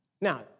Now